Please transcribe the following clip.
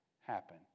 happen